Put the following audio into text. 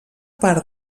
part